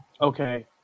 Okay